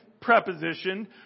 preposition